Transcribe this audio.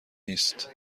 نیست